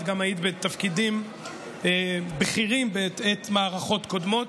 את גם היית בתפקידים בכירים בעת מערכות קודמות,